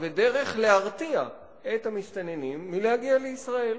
ודרך להרתיע את המסתננים מלהגיע לישראל.